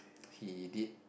he did